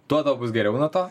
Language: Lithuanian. tuo tau bus geriau nuo to